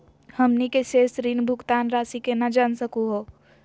हमनी के शेष ऋण भुगतान रासी केना जान सकू हो?